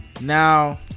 Now